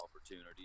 opportunity